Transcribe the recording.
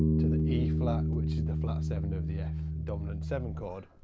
to the e flat, which is the flat seven of the f-dominant seven chord.